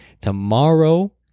tomorrow